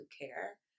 care